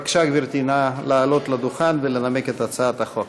בבקשה, גברתי, נא לעלות לדוכן ולנמק את הצעת החוק.